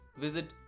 visit